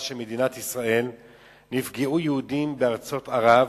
של מדינת ישראל נפגעו יהודים בארצות ערב,